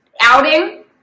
outing